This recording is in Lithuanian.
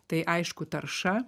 tai aišku tarša